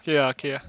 okay ah okay